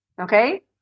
Okay